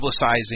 publicizing